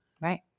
Right